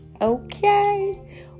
Okay